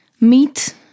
meet